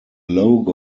logo